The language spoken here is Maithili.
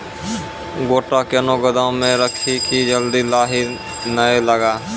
गोटा कैनो गोदाम मे रखी की जल्दी लाही नए लगा?